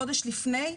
חודש לפני,